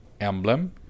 emblem